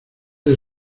del